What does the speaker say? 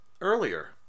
earlier